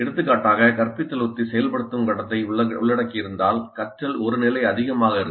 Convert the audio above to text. எடுத்துக்காட்டாக கற்பித்தல் உத்தி செயல்படுத்தும் கட்டத்தை உள்ளடக்கியிருந்தால் கற்றல் ஒரு நிலை அதிகமாக இருக்கும்